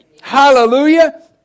Hallelujah